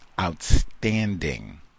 outstanding